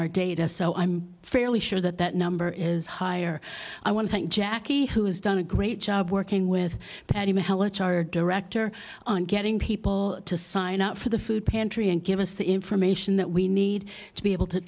our data so i'm fairly sure that that number is higher i want to thank jackie who has done a great job working with the helots our director on getting people to sign up for the food pantry and give us the information that we need to be able to